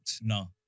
No